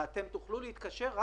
שטיפול ישיר הוא זול